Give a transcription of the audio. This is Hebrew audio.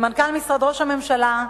למנכ"ל משרד ראש הממשלה,